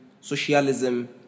socialism